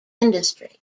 industry